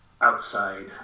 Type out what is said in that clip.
outside